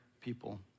people